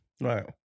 Right